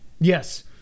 yes